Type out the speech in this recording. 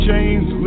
chains